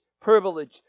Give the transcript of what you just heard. privilege